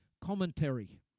commentary